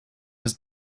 was